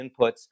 inputs